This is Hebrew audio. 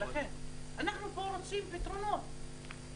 אנחנו פה רוצים פתרונות.